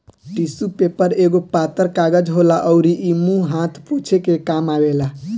tissue paper एगो पातर कागज होला अउरी इ मुंह हाथ पोछे के काम आवेला